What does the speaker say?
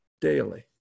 daily